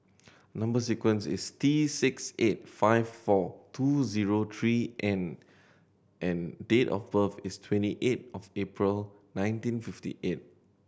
number sequence is T six eight five four two zero three N and date of birth is twenty eight of April nineteen fifty eight